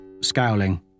scowling